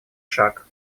шаг